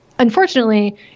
Unfortunately